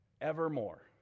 evermore